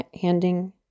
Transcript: handing